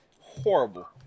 Horrible